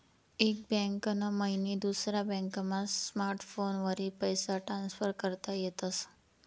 एक बैंक मईन दुसरा बॅकमा स्मार्टफोनवरी पैसा ट्रान्सफर करता येतस